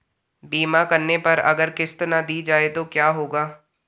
बीमा करने पर अगर किश्त ना दी जाये तो क्या होगा?